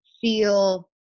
feel